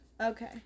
Okay